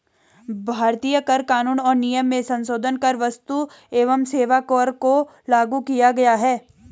भारतीय कर कानून और नियम में संसोधन कर क्स्तु एवं सेवा कर को लागू किया गया है